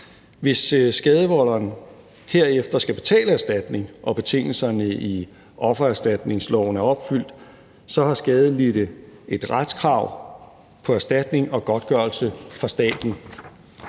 Hvis skadevolderen herefter skal betale erstatning og betingelserne i offererstatningsloven er opfyldt, har skadelidte et retskrav på erstatning og godtgørelse fra staten.